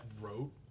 wrote